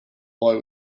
boy